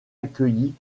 accueilli